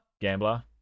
Gambler